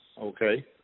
okay